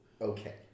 okay